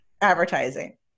advertising